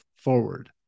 forward